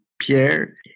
Pierre